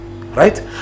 Right